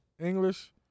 English